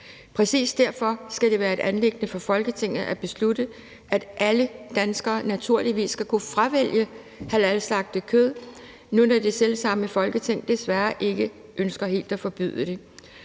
Præcis derfor skal det være et anliggende for Folketinget at beslutte, at alle danskere naturligvis skal kunne fravælge halalslagtet kød nu, når det selv samme Folketing desværre ikke ønsker helt at forbyde det.